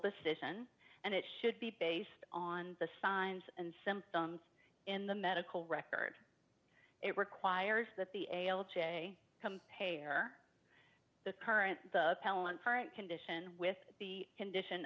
decision and it should be based on the signs and symptoms in the medical record it requires that the ale to compare the current appellants current condition with the condition